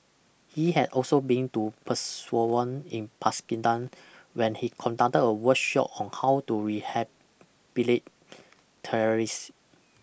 he had also been to Peshawar in Pakistan where he conducted a workshop on how to rehabilitate terrorists